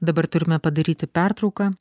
dabar turime padaryti pertrauką